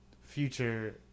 future